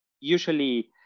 usually